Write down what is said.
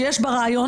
שיש בה רעיון.